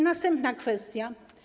Następna kwestia.